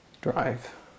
drive